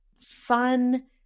fun